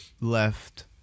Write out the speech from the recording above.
left